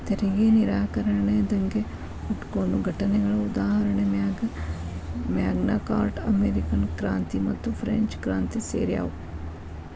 ತೆರಿಗೆ ನಿರಾಕರಣೆ ದಂಗೆ ಹುಟ್ಕೊಂಡ ಘಟನೆಗಳ ಉದಾಹರಣಿ ಮ್ಯಾಗ್ನಾ ಕಾರ್ಟಾ ಅಮೇರಿಕನ್ ಕ್ರಾಂತಿ ಮತ್ತುಫ್ರೆಂಚ್ ಕ್ರಾಂತಿ ಸೇರ್ಯಾವ